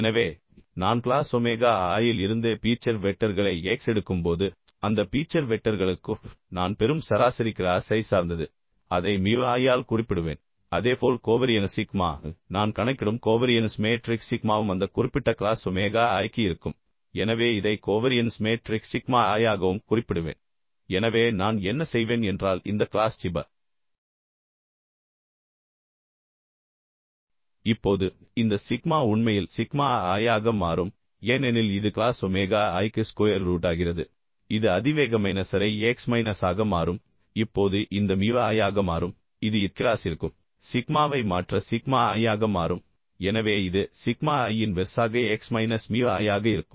எனவே நான் class omega I இலிருந்து பீச்சர் வெக்டர்களை X எடுக்கும்போது அந்த பீச்சர் வெக்டர்களுக்கு நான் பெறும் சராசரி கிளாஸைச் சார்ந்தது அதை மியூ i ஆல் குறிப்பிடுவேன் அதேபோல் கோவரியன்ஸ் சிக்மா நான் கணக்கிடும் கோவரியன்ஸ் மேட்ரிக்ஸ் சிக்மாவும் அந்த குறிப்பிட்ட க்ளாஸ் ஒமேகா i க்கு இருக்கும் எனவே இதை கோவரியன்ஸ் மேட்ரிக்ஸ் சிக்மா i ஆகவும் குறிப்பிடுவேன் எனவே நான் என்ன செய்வேன் என்றால் இந்த க்ளாஸ் நிப இப்போது இந்த சிக்மா உண்மையில் சிக்மா i ஆக மாறும் ஏனெனில் இது க்ளாஸ் ஒமேகா i க்கு ஸ்கொயர் ரூட் ஆகிறது இது அதிவேக மைனஸ் அரை x மைனஸ் ஆக மாறும் இப்போது இந்த மியூ i ஆக மாறும் இது ith கிளாசிற்கு சிக்மாவை மாற்ற சிக்மா i ஆக மாறும் எனவே இது சிக்மா i இன்வெர்ஸ் ஆக x மைனஸ் மியூ i ஆக இருக்கும்